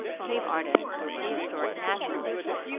cave artists were prehistoric naturalists.